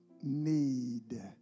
need